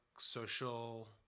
social